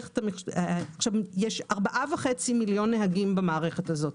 יש 4.5 מיליון נהגים במערכת הזו.